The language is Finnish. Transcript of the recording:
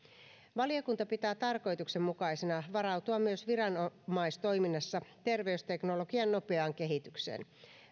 valiokunta pitää tarkoituksenmukaisena varautua myös viranomaistoiminnassa terveysteknologian nopeaan kehitykseen